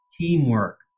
teamwork